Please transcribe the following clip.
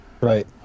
Right